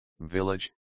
village